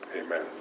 Amen